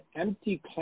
empty